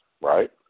right